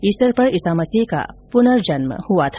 Easter पर ईसा मसीह का पुनर्जन्म हुआ था